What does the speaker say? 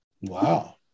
Wow